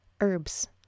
herbs